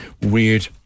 Weird